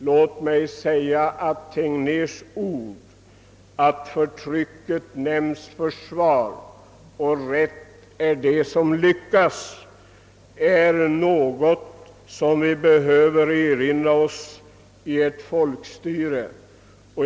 Låt mig säga att Tegnérs ord »Förtrycket nämns försvar och rätt är det som lyckas» är något som vi behöver erinra oss i ett folkstyre.